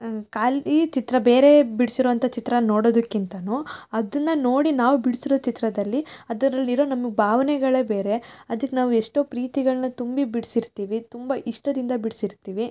ಖಾಲಿ ಚಿತ್ರ ಬೇರೆ ಬಿಡ್ಸಿರುವಂಥ ಚಿತ್ರ ನೋಡೋದಕ್ಕಿಂತಲೂ ಅದನ್ನು ನೋಡಿ ನಾವು ಬಿಡಿಸಿರೊ ಚಿತ್ರದಲ್ಲಿ ಅದರಲ್ಲಿರೋ ನಮಗೆ ಭಾವನೆಗಳೇ ಬೇರೆ ಅದಕ್ಕೆ ನಾವು ಎಷ್ಟೋ ಪ್ರೀತಿಗಳನ್ನು ತುಂಬಿ ಬಿಡ್ಸಿರ್ತೀವಿ ತುಂಬ ಇಷ್ಟದಿಂದ ಬಿಡ್ಸಿರ್ತೀವಿ